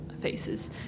faces